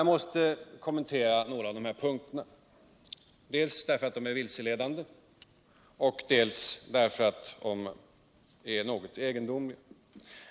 Jag måste kommentera några av dessa punkter, dels därför att de är vilseledande, dels för att de är något egendomliga.